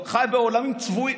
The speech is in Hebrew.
חי בעולם צבוע,